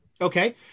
Okay